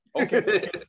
Okay